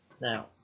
Now